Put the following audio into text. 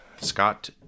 Scott